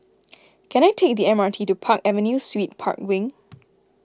can I take the M R T to Park Avenue Suites Park Wing